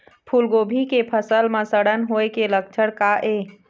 फूलगोभी के फसल म सड़न होय के लक्षण का ये?